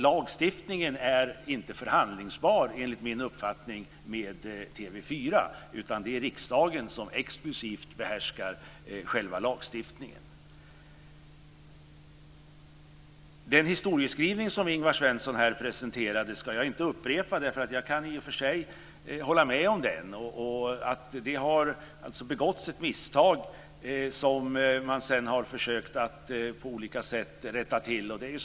Lagstiftningen är inte förhandlingsbar med TV 4 enligt min uppfattning. Det är riksdagen som exklusivt behärskar själva lagstiftningen. Jag ska inte upprepa den historieskrivning som Ingvar Svensson här presenterade. Jag kan i och för sig hålla med om den. Det har begåtts ett misstag som man sedan har försökt att rätta till på olika sätt.